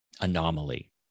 anomaly